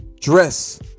dress